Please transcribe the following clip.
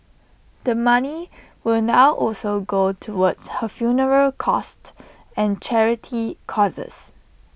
the money will now also go towards her funeral costs and charity causes